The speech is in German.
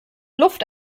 luft